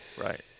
Right